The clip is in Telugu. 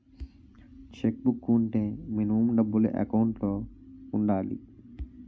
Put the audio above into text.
చెక్ బుక్ వుంటే మినిమం డబ్బులు ఎకౌంట్ లో ఉండాలి?